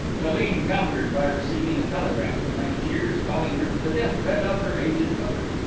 helene countered by receiving a telegram from angiers, calling her to the death-bed of her aged mother.